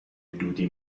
دودی